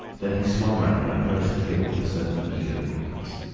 then he swung round and approached the table with a certain eager quickness.